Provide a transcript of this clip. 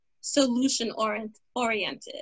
solution-oriented